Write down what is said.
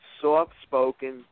soft-spoken